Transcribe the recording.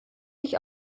sich